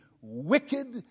wicked